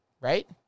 Right